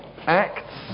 Acts